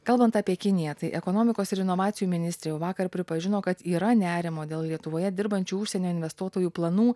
kalbant apie kiniją tai ekonomikos ir inovacijų ministrė jau vakar pripažino kad yra nerimo dėl lietuvoje dirbančių užsienio investuotojų planų